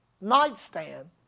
nightstand